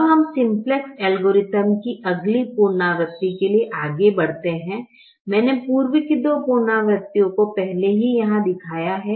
अब हम simplex algorithm की अगले पुनरावृत्ति के लिए आगे बढ़ते हैं मैंने पूर्व की दो पुनरावृत्तियों को पहले ही यहाँ दिखाया है